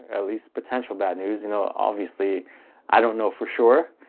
at least potential bad news you know. obviously i don't know for sure,